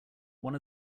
one